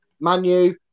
Manu